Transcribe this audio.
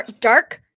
Dark